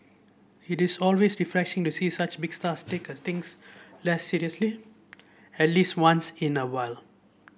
it is always refreshing to see such big stars take a things less seriously at least once in a while